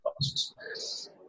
costs